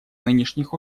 нынешних